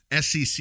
SEC